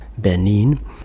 Benin